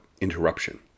interruption